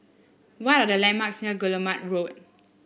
what are the landmarks near Guillemard Road